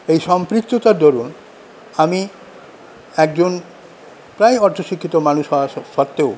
এই সম্পৃক্ততার দরুন আমি একজন প্রায় অর্ধ শিক্ষিত মানুষ হওয়া সত্ত্বেও